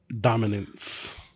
dominance